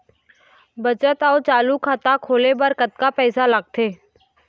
बचत अऊ चालू खाता खोले बर कतका पैसा लगथे?